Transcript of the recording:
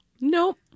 Nope